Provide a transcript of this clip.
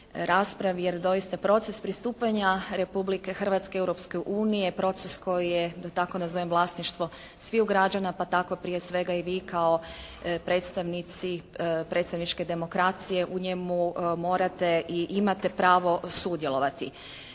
raspravi jer doista proces pristupanja Republike Hrvatske Europskoj uniji je proces koji je da tako nazove vlasništvo sviju građana. Pa tako prije svega i vi kao predstavnici predstavničke demokracije u njemu morate i imate pravo sudjelovati.